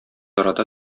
арада